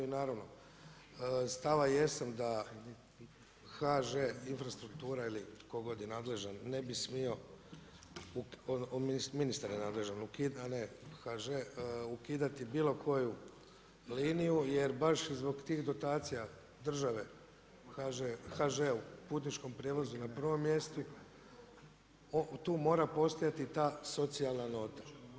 I naravno stava jesam da HŽ infrastruktura ili tko god je nadležan ne bi smio, ministar je nadležan a ne HŽ ukidati bilo koju liniju jer baš zbog tih dotacija države HŽ-a u putničkom prijevozu na prvom mjestu, tu mora postojati ta socijalna nota.